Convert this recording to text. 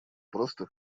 просто